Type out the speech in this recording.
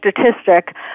statistic